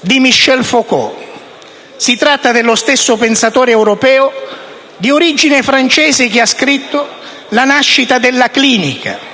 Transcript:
di Michel Foucault. Si tratta dello stesso pensatore europeo di origine francese che ha scritto «La nascita della clinica» e